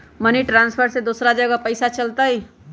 Money transfer से दूसरा जगह पईसा चलतई?